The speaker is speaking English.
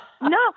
no